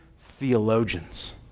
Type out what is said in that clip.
theologians